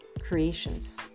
creations